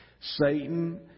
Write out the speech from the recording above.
Satan